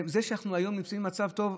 זה שאנחנו היום נמצאים במצב טוב,